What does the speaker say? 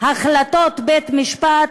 החלטות בית-משפט,